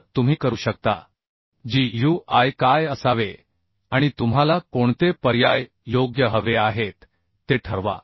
तर तुम्ही करू शकता GUI काय असावे आणि तुम्हाला कोणते पर्याय योग्य हवे आहेत ते ठरवा